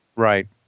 Right